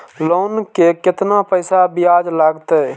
Loan के केतना पैसा ब्याज लागते?